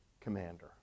commander